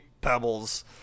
pebbles